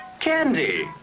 Candy